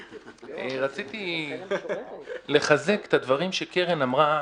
רציתי לחזק את הדברים שקרן אמרה,